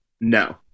No